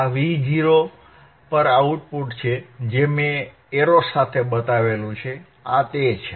આ Vo પર output છે જે મેં એરો સાથે બતાવ્યું છે આ તે છે